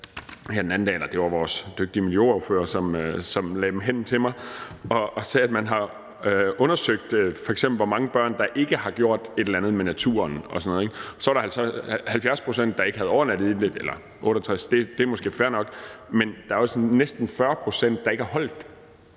tal den anden dag – eller det var vores dygtige miljøordfører, som lagde dem hen til mig. Man har undersøgt, f.eks. hvor mange børn der ikke har gjort et eller andet med naturen og sådan noget. Så var der så 68 pct., der ikke havde overnattet i den – og det er måske fair nok. Men der er også næsten 40 pct., der ikke har holdt